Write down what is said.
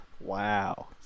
Wow